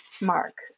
mark